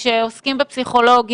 למצוא פתרונות.